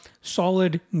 solid